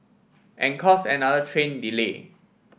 and cause another train delay